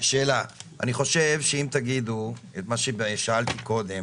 אני חושב שאם תגידו את מה ששאלתי קודם